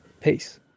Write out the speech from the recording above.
Peace